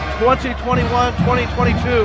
2021-2022